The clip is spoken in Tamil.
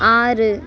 ஆறு